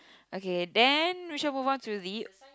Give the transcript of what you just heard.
okay then we shall move on to the